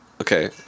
Okay